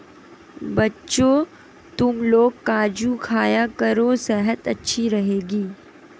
बच्चों, तुमलोग काजू खाया करो सेहत अच्छी रहेगी